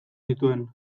zituen